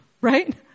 right